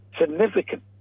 Significant